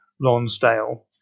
Lonsdale